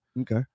okay